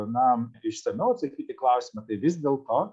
na išsamiau atsakyti į klausimą tai vis dėl to